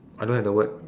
I don't have the word